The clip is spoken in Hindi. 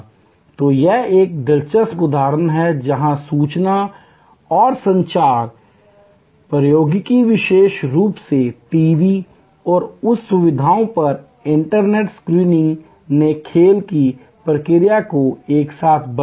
तो यह एक दिलचस्प उदाहरण है जहां सूचना और संचार प्रौद्योगिकी विशेष रूप से टीवी और उस सुविधाओं पर इंटरनेट स्ट्रीमिंग ने खेल की प्रकृति को एक साथ बदल दिया है